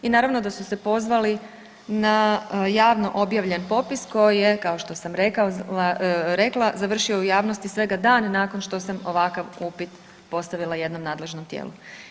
I naravno da su se pozvali na javno objavljen popis koji je kao što sam rekla završio u javnosti svega dan nakon što sam ovakav upit postavila jednom nadležnom tijelu.